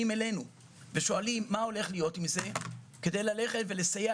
אלינו ושואלים מה הולך להיות עם זה כדי ללכת ולסייע